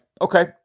okay